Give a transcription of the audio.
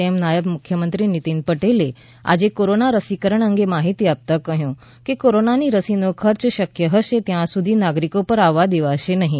તેમ નાયબ મુખ્યમંત્રી નીતિન ભાઇ પટેલે આજે કોરોના રસીકરણ અંગે માહિતી આપતા કહ્યું કે કોરોનાની રસીનો ખર્ચ શક્ય હશે ત્યાં સુધી નાગરિકો પર આવવા દેવાશે નહીં